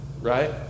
right